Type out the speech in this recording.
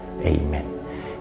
Amen